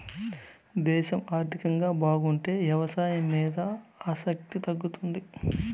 దేశం ఆర్థికంగా బాగుంటే వ్యవసాయం మీద ఆసక్తి తగ్గుతుంది